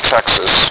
Texas